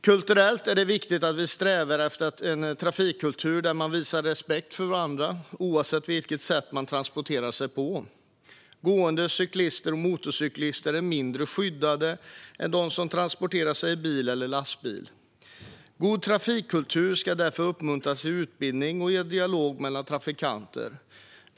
Kulturellt är det viktigt att vi strävar efter en trafikkultur där man visar respekt för varandra, oavsett vilket sätt man transporterar sig på. Gående, cyklister och motorcyklister är mindre skyddade än de som transporterar sig i bil eller lastbil. God trafikkultur ska därför uppmuntras i utbildningen och i dialog med trafikanterna.